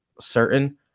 certain